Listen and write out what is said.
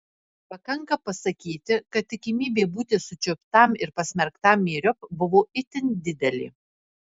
pakanka pasakyti kad tikimybė būti sučiuptam ir pasmerktam myriop buvo itin didelė